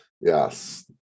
yes